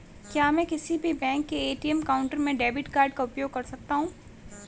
क्या मैं किसी भी बैंक के ए.टी.एम काउंटर में डेबिट कार्ड का उपयोग कर सकता हूं?